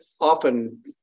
often